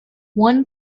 one